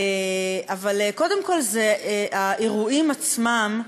אבל קודם כול, האירועים עצמם,